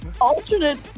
alternate